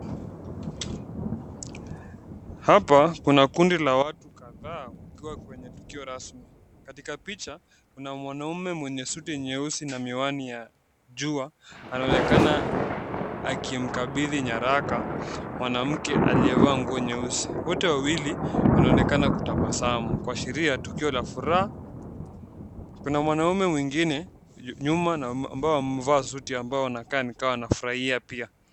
Hapa kuna kundi la watu kadhaa wakiwa kwenye tukio rasmi. Katika picha kuna mwanaume mmoja mwenye suti nyeupe na miwani ya jua anaonekana akimkabithi nyaraka mwanamke aliyevaa nguo nyeusi. Wote wawili wanaonekana kutabasamu kuashiria tukio la furaha. Kuna mwanaume mwingine nyuma ambayo wamemevaa suti ambayo wanaonekana wamefurahia pia.